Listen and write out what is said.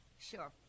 Sure